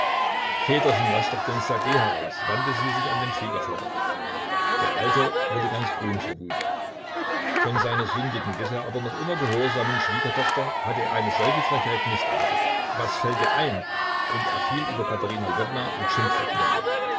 väterchen laß doch den ssergej heraus wandte sie sich an den schwiegervater der alte wurde ganz grün vor wut von seiner sündigen bisher aber noch immer gehorsamen schwiegertochter hatte er eine solche frechheit nicht erwartet was fällt dir ein und er fiel über katerina lwowna mit schimpfworten her